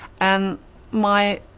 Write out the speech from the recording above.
and my